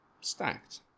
stacked